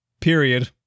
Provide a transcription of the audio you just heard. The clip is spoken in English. Period